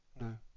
no